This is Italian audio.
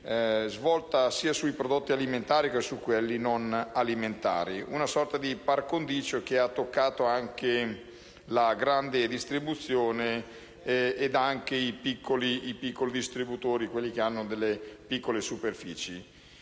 riguarda sia i prodotti alimentari che quelli non alimentari. Una sorta di*par condicio* che ha toccato la grande distribuzione e i piccoli distributori, cioè quelli che hanno delle piccole superfici.